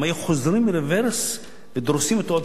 הם היו חוזרים רוורס ודורסים אותו עוד